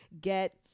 get